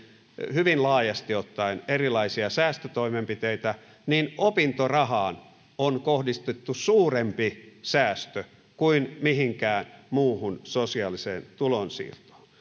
hyvin laajasti ottaen erilaisia säästötoimenpiteitä niin opintorahaan on kohdistettu suurempi säästö kuin mihinkään muuhun sosiaaliseen tulonsiirtoon